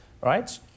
right